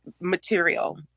material